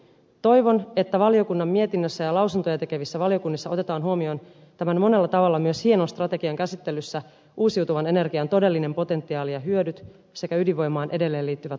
toivon että valiokunnan mietinnössä ja lausuntoja tekevissä valiokunnissa otetaan huomioon tämän monella tavalla myös hienon strategian käsittelyssä uusiutuvan energian todellinen potentiaali ja hyödyt sekä ydinvoimaan edelleen liittyvät ongelmat